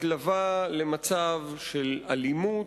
מתלווה למצב של אלימות,